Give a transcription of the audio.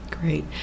Great